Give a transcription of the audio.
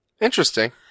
Interesting